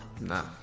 no